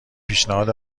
پیشنهاد